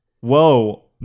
Whoa